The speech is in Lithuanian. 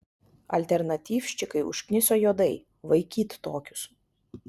alternatyvščikai užkniso juodai vaikyt tokius